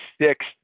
six